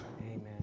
amen